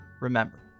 remember